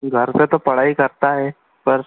घर पर तो पढ़ाई करता है पर